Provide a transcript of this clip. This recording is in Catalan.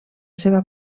seva